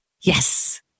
Yes